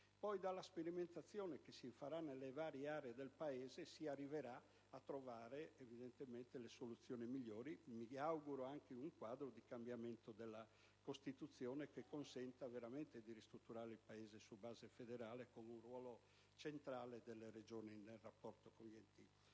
poi, dalla sperimentazione che si farà nelle varie aree del Paese, si arriverà a trovare le soluzioni migliori, mi auguro anche in un quadro di cambiamento della Costituzione in modo da consentire veramente di ristrutturare il Paese su base federale con un ruolo centrale delle Regioni nel rapporto con gli enti